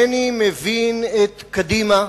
אינני מבין את קדימה.